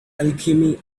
alchemy